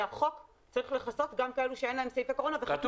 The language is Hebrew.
שהחוק צריך לכסות גם כאלה שאין להם סעיפי קורונה וחתמו אחרי ה-12 במרץ.